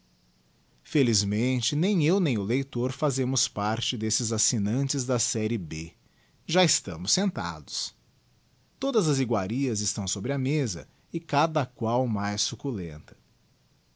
felizmente nem eu nem o leitor fazemos parte desses assignantes da serie b já estamos sentados todas as iguarias estão sobre a mesa e cada qual mais succulenta